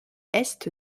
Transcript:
est